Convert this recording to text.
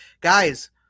guys